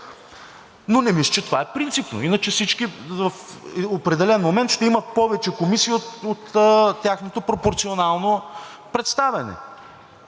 но не мисля, че това е принципно. Мисля, че всички в определен момент ще имат повече комисии от тяхното пропорционално представяне